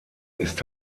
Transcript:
ist